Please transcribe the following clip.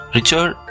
Richard